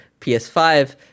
PS5